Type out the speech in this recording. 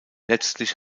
letztlich